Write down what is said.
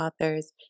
authors